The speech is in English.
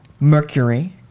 mercury